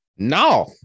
No